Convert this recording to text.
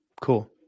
cool